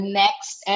next